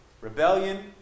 Rebellion